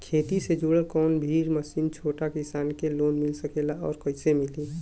खेती से जुड़ल कौन भी मशीन छोटा किसान के लोन मिल सकेला और कइसे मिली?